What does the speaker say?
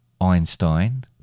Einstein